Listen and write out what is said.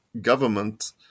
government